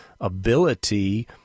ability